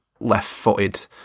left-footed